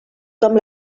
com